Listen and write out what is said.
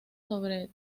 sobre